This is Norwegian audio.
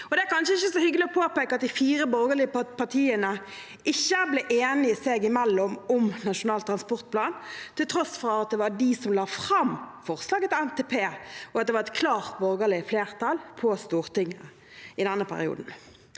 Det er kanskje ikke så hyggelig å påpeke at de fire borgerlige partiene ikke ble enige seg imellom om Nasjonal transportplan, til tross for at det var de som la fram forslaget til NTP, og at det var et klart borgerlig flertall på Stortinget i den perioden.